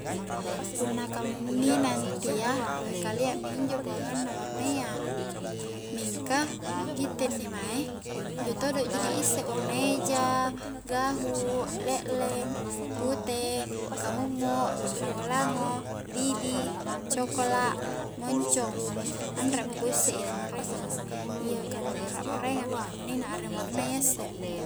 Punna kamunnina intia lohe kalia minjo buangaang na warna iya mingka gitte inni mae. injo todo ji di isse warna eja, gahu le'leng, pute, kamummu, lango-lango, didi, cokla', moncong anre mo ku isse i nu maraengang a iya ka nu' mara-maraengang mi kamuninna areng warna iya isse